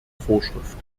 vorschrift